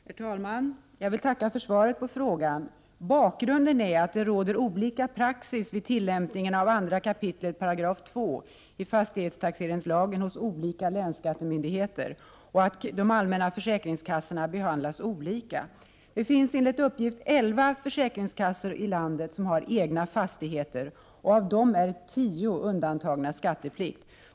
Herr talman! Jag vill tacka för svaret på frågan. Bakgrunden till min fråga är att det råder olika praxis vid tillämpningen av 2 kap. 2 §i fastighetstaxeringslagen hos olika länsskattemyndigheter och att de allmänna försäkringskassorna behandlas olika. Det finns enligt uppgift elva försäkringskassor i landet som har egna fastigheter och av dem är tio undantagna skatteplikt.